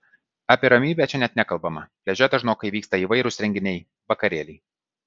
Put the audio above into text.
apie ramybę čia net nekalbama pliaže dažnokai vyksta įvairūs renginiai vakarėliai